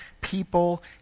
people